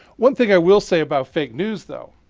one thing i will say about fake news, though.